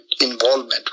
involvement